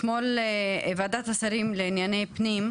אתמול ועדת השרים לענייני פנים,